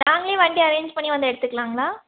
நாங்ளே வண்டி அரேன்ஜ் பண்ணி வந்து எடுத்துக்குலாங்களா